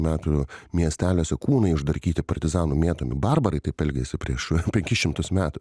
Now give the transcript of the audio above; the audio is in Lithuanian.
metų miesteliuose kūnai išdraikyti partizanų mėtomi barbarai taip elgėsi prieš penkis šimtus metų